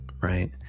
right